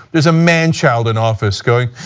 there's a manchild in office going